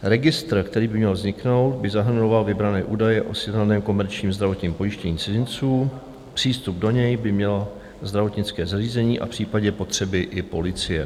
Registr, který by měl vzniknout, by zahrnoval vybrané údaje o sjednaném komerčním zdravotním pojištění cizinců, přístup do něj by mělo zdravotnické zařízení a v případě potřeby i policie.